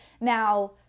Now